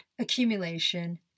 accumulation